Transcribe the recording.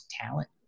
talent